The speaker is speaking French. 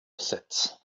sept